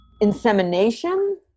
insemination